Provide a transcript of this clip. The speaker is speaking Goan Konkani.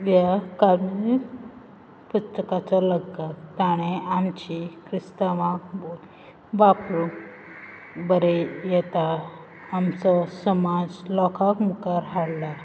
ह्या कार्मेलीन पुस्तकाचो लेखक ताणें आमची क्रिस्तांवां वापरून आमचो समाज लोका मुखार हाडला